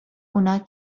اونا